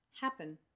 happen